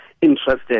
interested